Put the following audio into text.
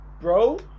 bro